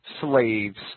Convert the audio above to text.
slaves